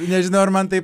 nežinau ar man tai